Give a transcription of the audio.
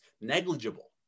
negligible